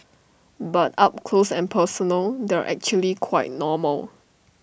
but up close and personal they're actually quite normal